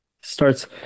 Starts